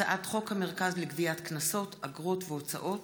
הצעת חוק המרכז לגביית קנסות, אגרות והוצאות